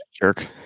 jerk